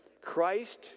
Christ